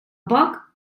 poc